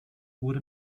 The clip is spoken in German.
wurde